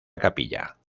capilla